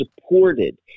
supported